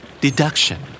Deduction